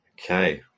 Okay